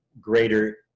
greater